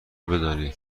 بدانید